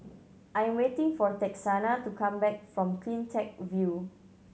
I'm waiting for Texanna to come back from Cleantech View